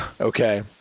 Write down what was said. okay